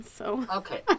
Okay